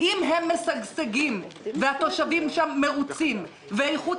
אם העסקים משגשגים והתושבים שם מרוצים ואיכות